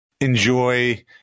enjoy